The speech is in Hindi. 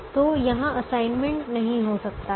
तो यहां असाइनमेंट नहीं हो सकता है